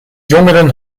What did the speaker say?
jongeren